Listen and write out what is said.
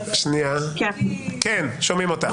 שומעים אותך,